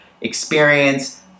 experience